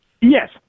Yes